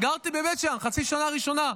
גרתי בבית שאן חצי שנה ראשונה.